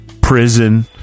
prison